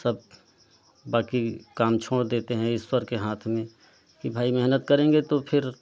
सब बाकी काम छोड़ देते हैं ईश्वर के हाथ में कि भाई मेहनत करेंगे तो फ़िर